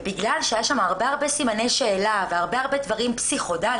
בגלל שהיה שם הרבה הרבה סימני שאלה והרבה הרבה דברים פסיכודליים,